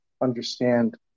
understand